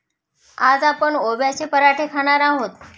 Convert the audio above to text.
आज आपण ओव्याचे पराठे खाणार आहोत